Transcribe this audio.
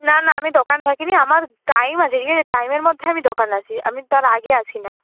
না না আমি দোকান থাকি নি আমার টাইম আছে টাইমের মধ্যে আমি দোকান আসি আমি তার আগে আসি না